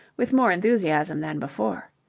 with more enthusiasm than before.